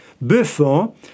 Buffon